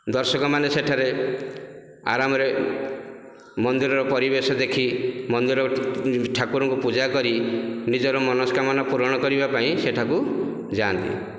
ଦର୍ଶକମାନେ ସେଠାରେ ଆରାମରେ ମନ୍ଦିରର ପରିବେଶ ଦେଖି ମନ୍ଦିର ଠାକୁରଙ୍କୁ ପୂଜା କରି ନିଜର ମନୋସ୍କାମନା ପୁରଣ କରିବା ପାଇଁ ସେଠାକୁ ଯାଆନ୍ତି